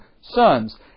sons